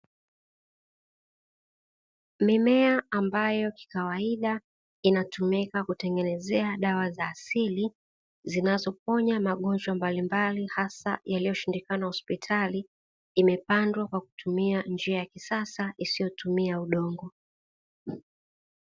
Mimea ambayo kikawaida inatumika kutengenezea dawa za asili zinapoponya magonjwa mbalimbali hasa yaliyo shindikana hospitali, iamepandwa kutumia njia ya kisasa isiyo tumia udongo